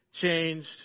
changed